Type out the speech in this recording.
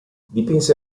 dipinse